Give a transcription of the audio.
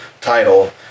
title